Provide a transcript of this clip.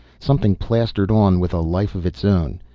something plastered on with a life of its own.